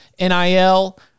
NIL